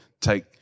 take